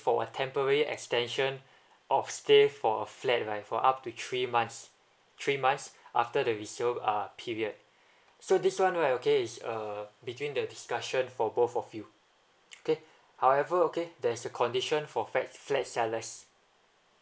for temporary extension of stay for a flat right for up to three months three months after the resale uh period so this one right okay is uh between the discussion for both of you okay however okay there's a condition for flat flat sellers